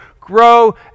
grow